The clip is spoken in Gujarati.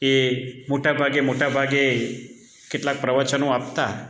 એ મોટા ભાગે મોટા ભાગે કેટલાક પ્રવચનો આપતા